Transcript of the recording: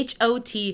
HOT